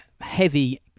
heavy